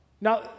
Now